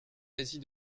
asie